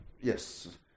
Yes